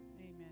Amen